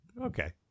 Okay